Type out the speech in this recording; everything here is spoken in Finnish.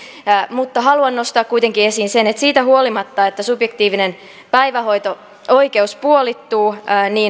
mutta haluan nostaa kuitenkin esiin sen että siitä huolimatta että subjektiivinen päivähoito oikeus puolittuu